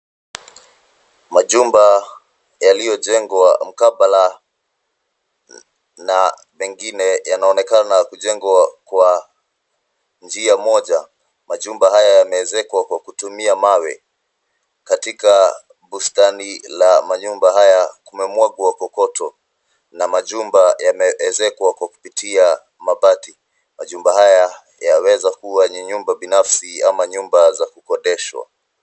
Majumba yaliyojengwa mkabala na mengine yanaonekana kujengwa Kwa njia moja. Majumba haya yamejengwa Kwa kutumia mawe. Katika bustani za majumba haya kunaonekana kumemwagwa kokoto, na majumba yameezekwa kwa kupitia mabati. Majumba haya yanaweza kuwa ya kibinafsi ama majumba ya kukodishwa.